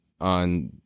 on